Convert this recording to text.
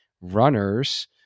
runners